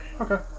Okay